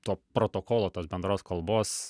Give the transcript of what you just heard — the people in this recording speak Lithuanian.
to protokolo tos bendros kalbos